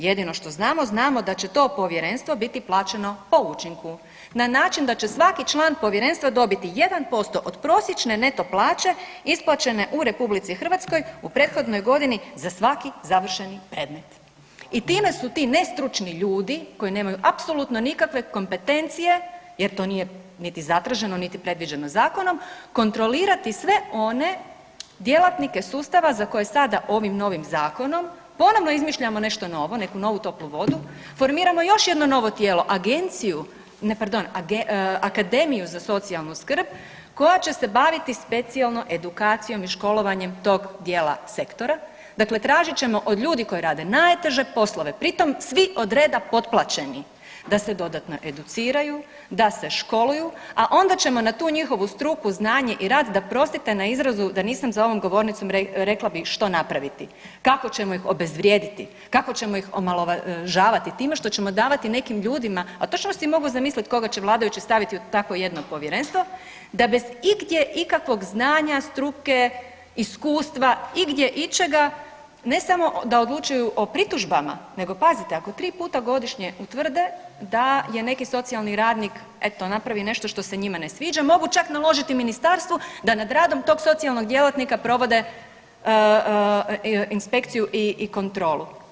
Jedino što znamo, znamo da će to Povjerenstvo biti plaćeno po učinku, na način da će svaki član Povjerenstva dobiti 1% od prosječne neto plaće isplaćene u RH u prethodnoj godini za svaki završeni predmet i time su ti nestručni ljudi koji nemaju apsolutno nikakve kompetencije jer to nije niti zatraženo niti predviđeno zakonom, kontrolirati sve one djelatnike sustava za koje sada, ovim novim Zakonom ponovo izmišljamo nešto novo, neku novu toplu vodu, formiramo još jedno novo tijelo, Agenciju, ne, pardon, Akademiju za socijalnu skrb koja će se baviti specijalno edukacijom i školovanjem tog dijela sektora, dakle tražit ćemo od koji rade najteže poslove, pritom svi od reda potplaćeni, da se dodatno educiraju, da se školuju, a onda ćemo na tu njihovu struku, znanje i rad, da 'prostite na izrazu, da nisam za ovom govornicom, rekla bih, što napraviti, kako ćemo ih obezvrijediti, kako ćemo ih omalovažavati time što ćemo davati nekim ljudima, a točno si mogu zamisliti koga će vladajući staviti u takvo jedno povjerenstvo, da bez igdje ikakvog znanja, struke, iskustva, igdje ičega, ne samo da odlučuju o pritužbama, nego pazite, ako 3 puta godišnje utvrde da je neki socijalni radnik eto, napravio nešto što se njima ne sviđa, mogu čak naložiti Ministarstvu da nad radom tog socijalnog djelatnika provode inspekciju i kontrolu.